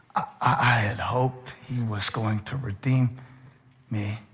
i had hoped he was going to redeem me.